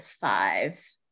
five